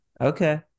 okay